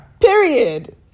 Period